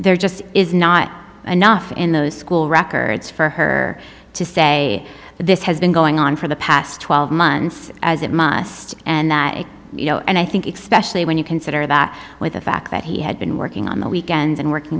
there just is not enough in the school records for her to say this has been going on for the past twelve months as it must and you know and i think expect when you consider that with the fact that he had been working on the weekends and working